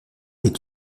est